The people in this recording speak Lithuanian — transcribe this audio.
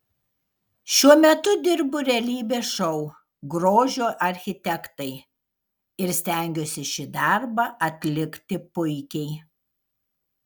šiuo metu dirbu realybės šou grožio architektai ir stengiuosi šį darbą atlikti puikiai